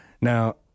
Now